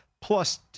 plus